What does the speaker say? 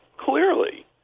clearly